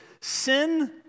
sin